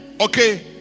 Okay